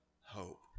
hope